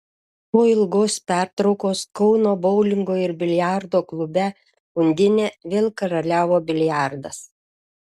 po ilgos pertraukos kauno boulingo ir biliardo klube undinė vėl karaliavo biliardas